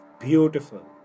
Beautiful